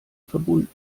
verbunden